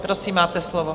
Prosím, máte slovo.